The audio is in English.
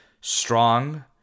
strong